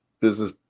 business